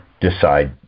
decide